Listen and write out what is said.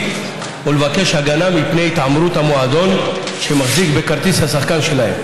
ולבקש הגנה מפני התעמרות המועדון שמחזיק בכרטיס השחקן שלהם,